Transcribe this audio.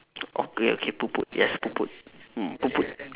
okay okay poot poot yes poot poot mm poot poot